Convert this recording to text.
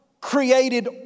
created